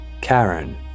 Karen